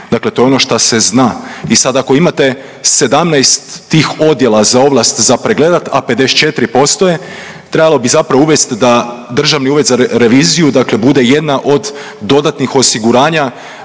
Dakle to je ono što se zna i sad ako imate 17 tih odjela za ovlast za pregledat, a 54% je, trebalo bi zapravo uvesti da Državni ured za reviziju dakle bude jedna od dodatnih osiguranja